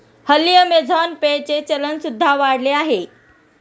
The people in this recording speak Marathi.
हल्ली अमेझॉन पे चे चलन सुद्धा वाढले आहे